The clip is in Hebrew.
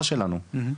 כן,